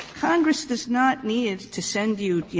congress does not need to send you you